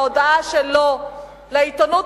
בהודעה שלו לעיתונות,